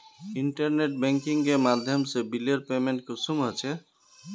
Internet banking के माध्यम से बिलेर पेमेंट कुंसम होचे?